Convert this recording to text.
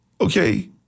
okay